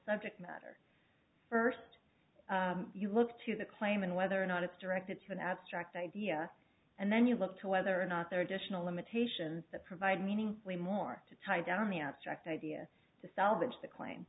subject matter first you look to the claim and whether or not it's directed to an abstract idea and then you look to whether or not there are additional limitations that provide meaningfully more to tie down the abstract idea to salvage